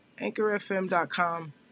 anchorfm.com